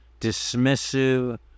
dismissive